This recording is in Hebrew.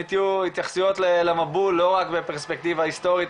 ייתנו התייחסויות למבול לא רק בפרספקטיבה היסטורית,